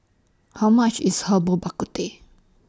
How much IS Herbal Bak Ku Teh